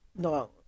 No